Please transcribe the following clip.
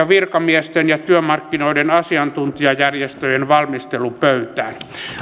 virkamiesten ja työmarkkinoiden asiantuntijajärjestöjen valmistelupöytään